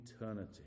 eternity